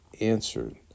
answered